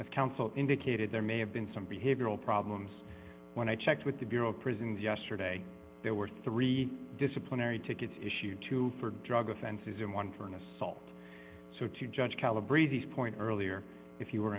of counsel indicated there may have been some behavioral problems when i checked with the bureau of prisons yesterday there were three disciplinary tickets issued two for drug offenses in one for an assault so to judge calibrate these point earlier if you were